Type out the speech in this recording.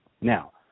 Now